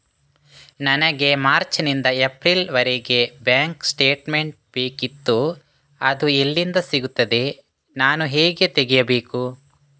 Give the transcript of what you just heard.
ನನಗೆ ಮಾರ್ಚ್ ನಿಂದ ಏಪ್ರಿಲ್ ವರೆಗೆ ಬ್ಯಾಂಕ್ ಸ್ಟೇಟ್ಮೆಂಟ್ ಬೇಕಿತ್ತು ಅದು ಎಲ್ಲಿಂದ ಸಿಗುತ್ತದೆ ನಾನು ಹೇಗೆ ತೆಗೆಯಬೇಕು?